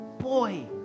Boy